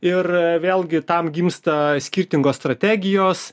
ir vėlgi tam gimsta skirtingos strategijos